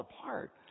apart